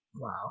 Wow